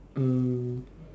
um